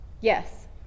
Yes